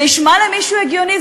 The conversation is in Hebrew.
זה נשמע למישהו הגיוני?